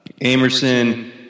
Amerson